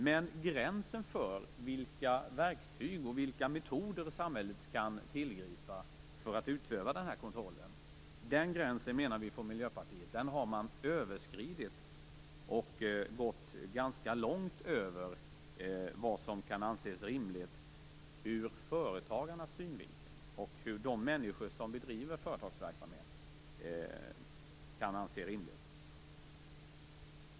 Men gränsen för vilka verktyg och vilka metoder som samhället kan tillgripa för att utöva denna kontroll menar vi från Miljöpartiet att man har överskridit ganska mycket när det gäller vad som kan anses rimligt ur företagarnas synvinkel.